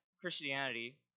Christianity